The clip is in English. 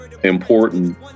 important